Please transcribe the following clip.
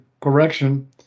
correction